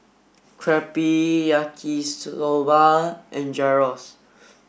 Crepe Yaki Soba and Gyros